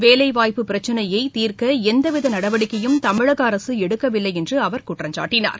வேலைவாய்ப்பு பிரச்சினையைதீர்க்களந்தவிதநடவடிக்கையும் தமிழகஅரசுஎடுக்கவில்லைஎன்றுஅவர் குற்றம் சாட்டினார்